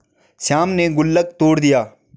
श्याम ने गुल्लक तोड़ दिया